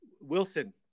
Wilson